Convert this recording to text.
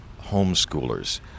homeschoolers